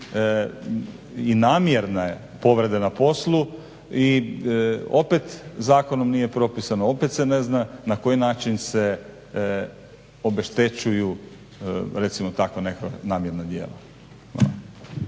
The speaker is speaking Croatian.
i namjerne povrede na poslu i opet zakonom nije propisano, opet se ne zna na koji način se obeštećuju recimo tako nekako namjerna djela.